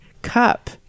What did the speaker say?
cup